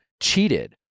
cheated